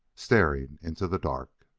staring into the dark.